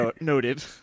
noted